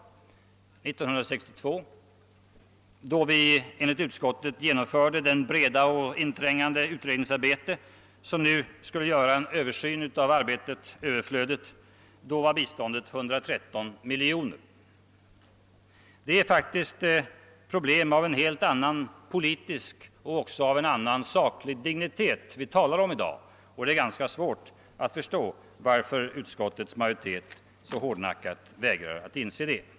År 1962, då vi enligt utskottet genomförde det »breda och inträngande utredningsarbete« som nu skulle göra en översyn överflödig, var biståndsanslaget 130 miljoner kronor. Det är således problem av en helt annan politisk och teknisk dignitet vi i dag står inför, och det är ganska svårt att förstå varför utskottsmajoriteten så hårdnackat vägrat inse detta.